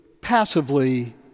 passively